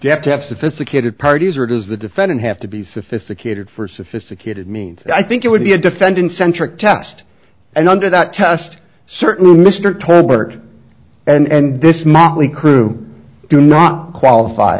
you have to have sophisticated parties or does the defendant have to be sophisticated for sophisticated means i think it would be a defendant centric test and under that test certainly mr tolbert and this motley crew do not qualif